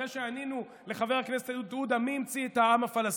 אחרי שענינו לחבר הכנסת עודה מי המציא את העם הפלסטיני,